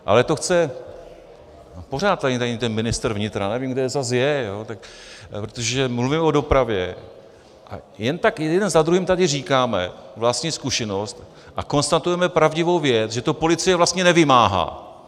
Ale to chce pořád tady není ministr vnitra, nevím, kde zase je protože mluvím o dopravě a jen tak jeden za druhým tady říkáme vlastní zkušenost a konstatujeme pravdivou věc, že to policie vlastně nevymáhá.